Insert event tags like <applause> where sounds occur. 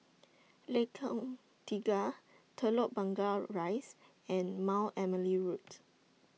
Lengkong Tiga Telok <unintelligible> Rise and Mount Emily Road